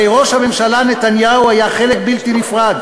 הרי ראש הממשלה נתניהו היה חלק בלתי נפרד